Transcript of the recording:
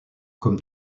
comme